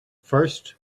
first